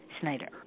Snyder